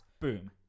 boom